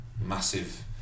massive